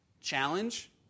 Challenge